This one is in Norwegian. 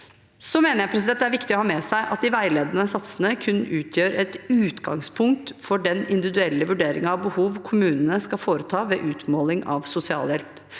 Jeg mener det er viktig å ha med seg at de veiledende satsene kun utgjør et utgangspunkt for den individuelle vurderingen av behov kommunene skal foreta ved utmåling av sosialhjelp.